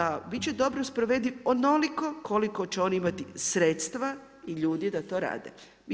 A biti će dobro sprovediv, onoliko koliko će oni imati sredstva i ljudi da to rade.